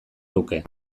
luke